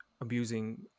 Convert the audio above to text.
abusing